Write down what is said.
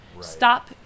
stop